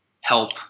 help